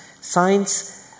science